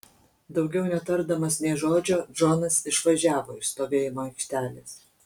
daugiau netardamas nė žodžio džonas išvažiavo iš stovėjimo aikštelės